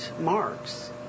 marks